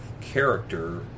character